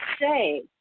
say